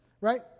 right